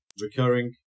Recurring